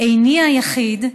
איני היחיד,